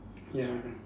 ya